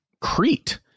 Crete